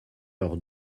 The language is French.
leur